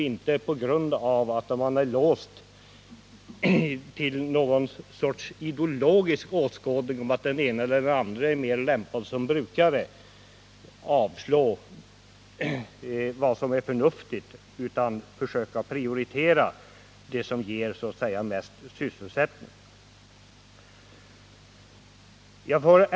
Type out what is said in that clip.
Man får inte vara låst vid någon sorts ideologisk åskådning om att den ena eller andra är mer lämpad som brukare och avslå vad som är förnuftigt. Man får försöka prioritera det som ger mest sysselsättning.